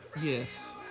Yes